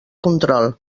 control